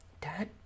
Dad